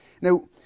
Now